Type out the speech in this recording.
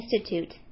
institute